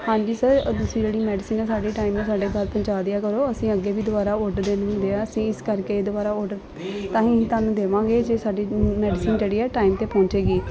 ਹਾਂਜੀ ਸਰ ਉਹ ਤੁਸੀਂ ਜਿਹੜੀ ਮੈਡੀਸਨ ਹੈ ਸਾਡੀ ਟਾਈਮ ਨਾਲ ਸਾਡੇ ਘਰ ਪਹੁੰਚਾ ਦਿਆ ਕਰੋ ਅਸੀਂ ਅੱਗੇ ਵੀ ਦੁਬਾਰਾ ਔਡਰ ਦਿੰਦੇ ਹੈ ਅਸੀਂ ਇਸ ਕਰਕੇ ਦੁਬਾਰਾ ਔਡਰ ਤਾਂ ਹੀ ਤੁਹਾਨੂੰ ਦੇਵਾਂਗੇ ਜੇ ਸਾਡੀ ਮੈਡੀਸਨ ਜਿਹੜੀ ਹੈ ਟਾਈਮ 'ਤੇ ਪਹੁੰਚੇਗੀ